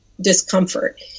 discomfort